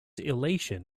elation